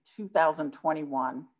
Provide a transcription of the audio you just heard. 2021